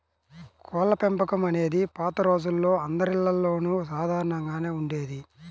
కోళ్ళపెంపకం అనేది పాత రోజుల్లో అందరిల్లల్లోనూ సాధారణంగానే ఉండేది